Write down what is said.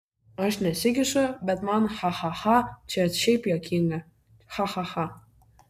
aš nesikišu bet man cha cha cha čia šiaip juokinga cha cha cha